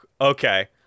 Okay